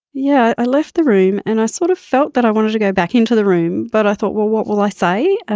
yeah, i left the room, and i sort of felt that i wanted to get back to the room, but i thought, well, what will i say?